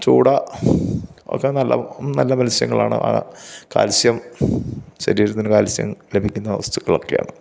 ചൂട ഒക്കെ നല്ല നല്ല മത്സ്യങ്ങളാണ് കാൽസ്യം ശരീരത്തിന് കാൽസ്യം ലഭിക്കുന്ന വസ്തുക്കൾ ഒക്കെയാണ്